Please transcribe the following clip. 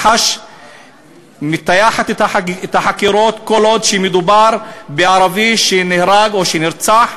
מח"ש מטייחת את החקירות כל עוד מדובר בערבי שנהרג או שנרצח,